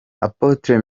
apotre